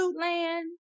land